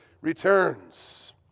returns